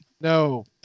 No